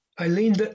Eileen